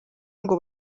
ngo